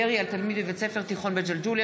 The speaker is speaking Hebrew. ירי על תלמיד בבית ספר תיכון בג'לג'וליה.